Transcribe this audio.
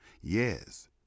Yes